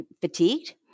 fatigued